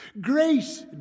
Grace